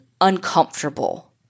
uncomfortable